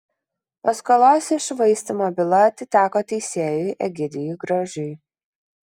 paskolos iššvaistymo byla atiteko teisėjui egidijui gražiui